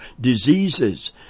diseases